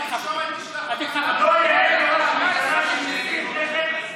אתה נמצא באחריות הזאת.